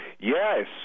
Yes